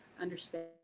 understand